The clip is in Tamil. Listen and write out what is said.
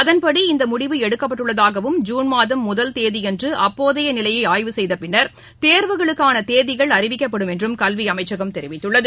அதன்படி இந்தமுடிவு எடுக்கப்பட்டுள்ளதாகவும் ஜூன் மாதம் முதல் தேதியன்றுஅப்போதையநிலையைஆய்வு செய்தபின்னர் தேர்வுகளுக்கானதேதிகள் அறிவிக்கப்படும் என்றும் கல்விஅமைச்சகம் தெரிவித்துள்ளது